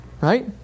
right